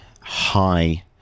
high